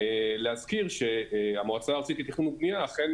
להזכיר שהמועצה הארצית לתכנון ובנייה אכן